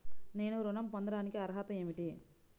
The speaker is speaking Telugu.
నేను ఋణం పొందటానికి అర్హత ఏమిటి?